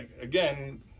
again